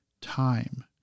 time